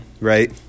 right